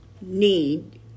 need